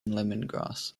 lemongrass